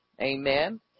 Amen